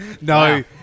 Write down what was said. No